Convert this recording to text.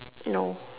no